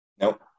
Nope